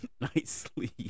nicely